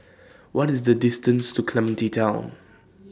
What IS The distance to Clementi Town